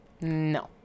No